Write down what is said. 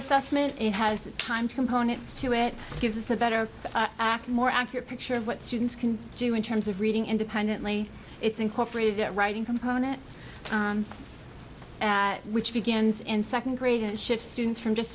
assessment it has a time components to it gives us a better more accurate picture of what students can do in terms of reading independently it's incorporated at writing component which begins in second grade and shift students from just